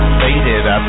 faded